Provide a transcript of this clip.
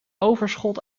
overschot